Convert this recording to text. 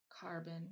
carbon